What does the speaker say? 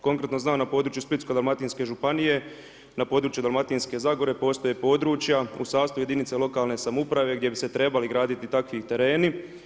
Konkretno znam na području Splitsko-dalmatinske županije, na području Dalmatinske zagore postoje područja u sastavu jedinice lokalne samouprave gdje bi se trebali graditi takvi tereni.